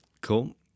Cool